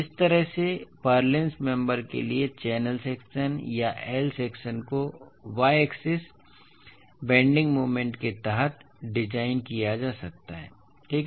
तो इस तरह से पुर्लिन्स मेम्बर के लिए चैनल सेक्शन या I सेक्शन को बायएक्सिस बेन्डिंग मोमेंट के तहत डिज़ाइन किया जा सकता है ठीक है